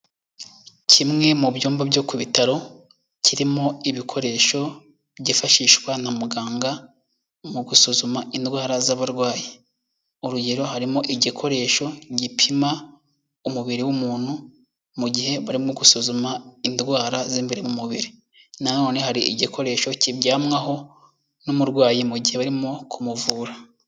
Kimwe mu byumba byo ku bitaro kirimo ibikoresho byifashishwa na muganga mu gusuzuma indwara z'abarwayi, urugero harimo igikoresho gipima umubiri w'umuntu mu gihe barimo gusuzuma indwara z'imbere mu mubiri, nanone hari igikoresho kiryamwaho n'umurwayi mu gihe barimo kumuvura.